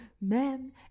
Man